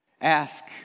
Ask